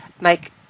make